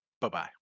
Bye-bye